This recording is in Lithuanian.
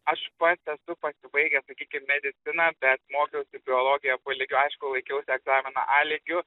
aš pats esu pasibaigęs sakykim mediciną bet mokiausi biologiją b lygiu aišku laikiausi egzaminą a lygiu